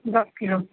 दस किलो